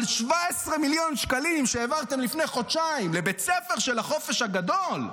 אבל 17 מיליון שקלים שהעברתם לפני חודשיים לבית הספר של החופש הגדול,